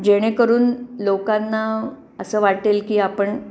जेणेकरून लोकांना असं वाटेल की आपण